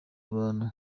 abantu